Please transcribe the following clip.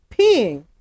peeing